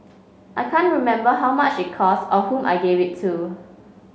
I can't remember how much it costs or whom I gave it to